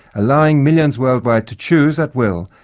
allowing millions worldwide to choose, at will,